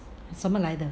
什么来的